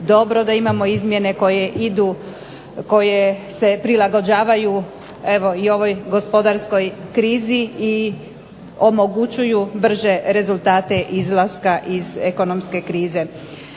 dobro da imamo izmjene koje se prilagođavaju evo i ovoj gospodarskoj krizi i omogućuju brže rezultate izlaska iz ekonomske krize.